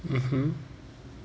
mmhmm